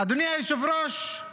אדוני היושב-ראש,